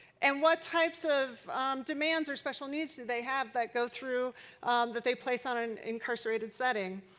and what types of demands or special needs do they have that go through that they place on on incarcerated setting.